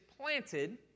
planted